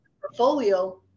portfolio